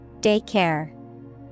Daycare